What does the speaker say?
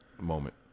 moment